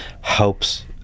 helps